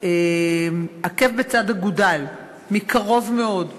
עקב בצד אגודל, מקרוב מאוד.